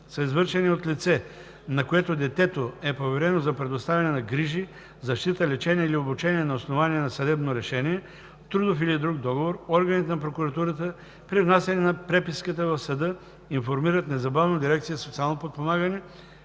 са извършени от лице, на което детето е поверено за предоставяне на грижи, защита, лечение или обучение на основание на съдебно решение, трудов или друг договор, органите на прокуратурата при внасяне на преписката в съда информират незабавно дирекция „Социално подпомагане“